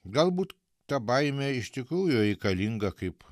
galbūt ta baimė iš tikrųjų reikalinga kaip